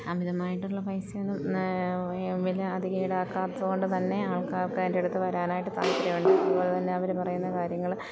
അമിതമായിട്ട് ഉള്ള പൈസയൊന്നും വില അധികം ഈടാക്കാത്തത് കൊണ്ട് തന്നെ ആൾക്കാർക്ക് എൻ്റെ അടുത്ത് വരാനായിട്ട് താൽപര്യം ഉണ്ട് അതുപോലെ തന്നെ അവർ പറയുന്ന കാര്യങ്ങൾ